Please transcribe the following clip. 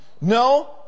No